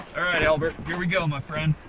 alright albert here we go my friend.